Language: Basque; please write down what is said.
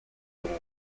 dugu